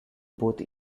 both